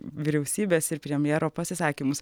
vyriausybės ir premjero pasisakymus